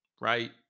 right